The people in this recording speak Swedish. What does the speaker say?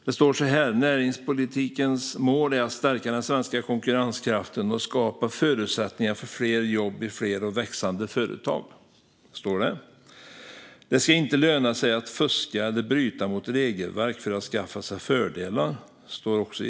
Det står så här: "Näringspolitikens mål är att stärka den svenska konkurrenskraften och skapa förutsättningar för fler jobb i fler och växande företag." I samma stycke står det så här: "Det ska inte löna sig att fuska eller bryta mot regelverk för att skaffa sig fördelar."